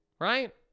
right